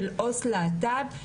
של עו"ס להט"ב,